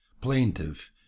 plaintive